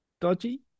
dodgy